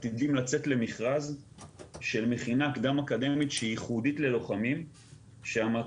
עתידים לצאת למכרז של מכינה קדם אקדמית שהיא ייחודית ללוחמים שהמטרה